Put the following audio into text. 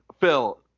Phil